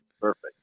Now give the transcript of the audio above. perfect